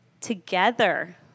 Together